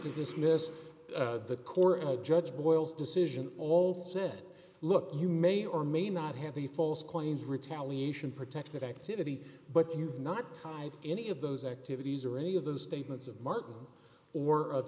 to dismiss the core a judge boils decision all said look you may or may not have the false claims retaliation protected activity but you've not tied any of those activities or any of those statements of martin or of